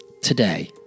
today